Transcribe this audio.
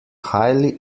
highly